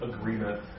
agreement